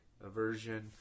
aversion